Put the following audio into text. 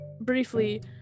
briefly